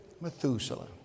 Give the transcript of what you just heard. Methuselah